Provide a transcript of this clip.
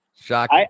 shock